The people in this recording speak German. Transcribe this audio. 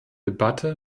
debatte